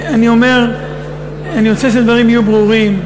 אני אומר, אני רוצה שהדברים יהיו ברורים: